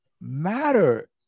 matter